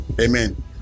Amen